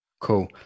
Cool